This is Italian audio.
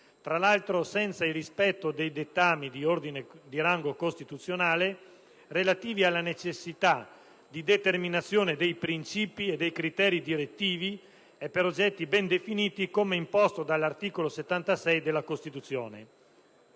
tra l'altro, senza il rispetto dei dettami di rango costituzionale, relativi alle necessità di determinazione dei princìpi e dei criteri direttivi e di indicazione di oggetti ben definiti, come imposto dall'articolo 76 della Costituzione.